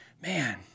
man